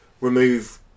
remove